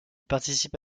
participe